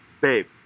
Babe